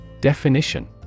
Definition